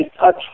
touch